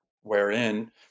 wherein